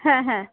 হ্যাঁ হ্যাঁ